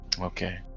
Okay